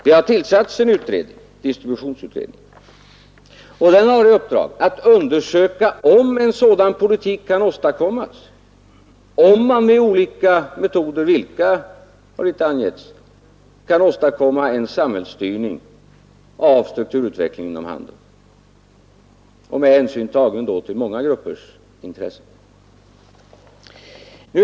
Det har tillsatts en utredning, distributionsutredningen, som har i uppdrag att undersöka om en politik kan skapas där man med olika metoder — vilka har inte angivits — kan åstadkomma en samhällsstyrning av strukturutvecklingen inom handeln med tillgodoseende av många gruppers intressen.